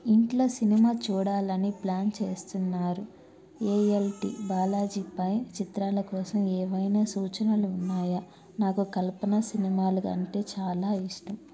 ఇంట్లో సినిమా చూడాలని ప్లాన్ చేస్తున్నారు ఏ ఎల్ టీ బాలాజీపై చిత్రాల కోసం ఏవైనా సూచనలు ఉన్నాయా నాకు కల్పన సినిమాలు అంటే చాలా ఇష్టం